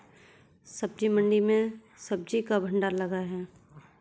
सब्जी मंडी में सब्जी का भंडार लगा है